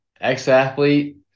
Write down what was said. Ex-athlete